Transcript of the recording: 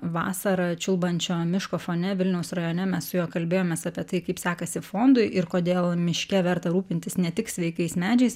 vasarą čiulbančio miško fone vilniaus rajone mes su juo kalbėjomės apie tai kaip sekasi fondui ir kodėl miške verta rūpintis ne tik sveikais medžiais